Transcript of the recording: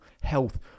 health